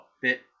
fit